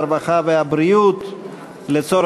הרווחה והבריאות נתקבלה.